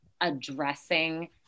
addressing